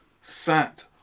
sat